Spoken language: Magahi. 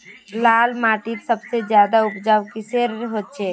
लाल माटित सबसे ज्यादा उपजाऊ किसेर होचए?